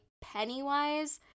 Pennywise